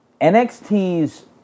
NXT's